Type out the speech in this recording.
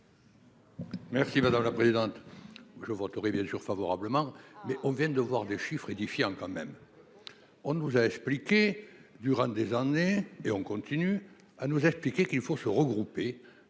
Merci madame la présidente, je voterai bien sûr favorablement, mais on vient de voir des chiffres édifiants, quand même, on ne vous avez expliqué durant des années et on continue à nous expliquer qu'il faut se regrouper